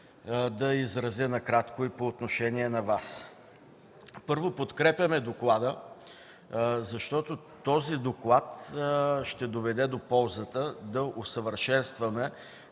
да изразя накратко и по отношение на Вас. Първо, подкрепяме доклада, защото той ще доведе до ползата да усъвършенстваме